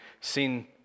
seen